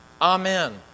Amen